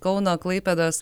kauno klaipėdos